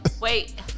wait